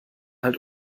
halt